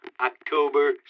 October